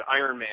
Ironman